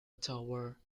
tower